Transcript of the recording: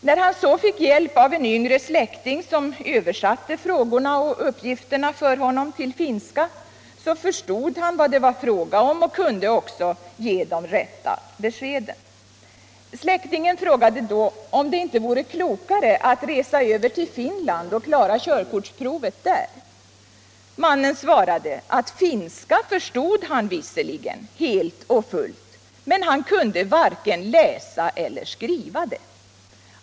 När han så fick hjälp av en yngre släkting som översatte frågorna och uppgifterna till finska, så förstod han genast vad det var fråga om och kunde också ge det rätta beskedet. Släktingen frågade då om det inte var klokare att resa över till Finland och klara körkortsprovet där. Mannen svarade att finskan förstod han visserligen helt och fullt, men han kunde varken läsa eller skriva det.